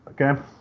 Okay